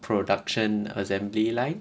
production assembly line